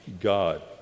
God